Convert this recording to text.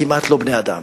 כמעט לא בני-אדם.